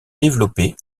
développer